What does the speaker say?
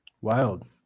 Wild